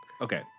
Okay